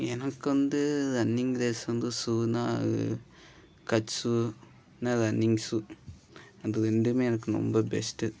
எனக்கு வந்து running race வந்து ஷூவுன்னால் அது கட் ஷூ இல்லை ரன்னிங் ஷூ அந்த ரெண்டுமே எனக்கு ரொம்ப பெஸ்ட்டு